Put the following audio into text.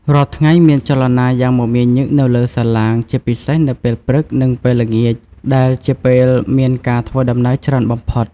រាល់ថ្ងៃមានចលនាយ៉ាងមមាញឹកនៅលើសាឡាង ជាពិសេសនៅពេលព្រឹកនិងពេលល្ងាចដែលជាពេលមានការធ្វើដំណើរច្រើនបំផុត។